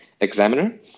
examiner